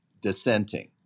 dissenting